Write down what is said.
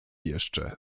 jeszcze